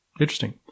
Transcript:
Interesting